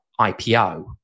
IPO